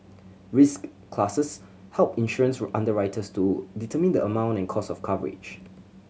risk classes help insurance underwriters to determine the amount and cost of coverage